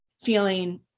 feeling